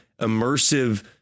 immersive